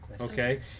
okay